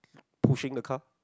pushing the car